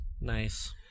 Nice